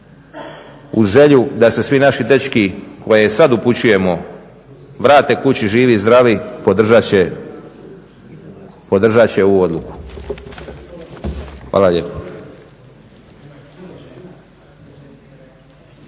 uz želju da se svi naši dečki koje sad upućujemo vrate kući živi i zdravi podržat će ovu odluku. Hvala lijepo.